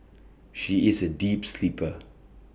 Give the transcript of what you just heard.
she is A deep sleeper